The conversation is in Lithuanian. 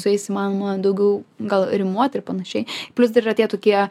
su jais įmanoma daugiau gal rimuot ir panašiai plius dar yra tie tokie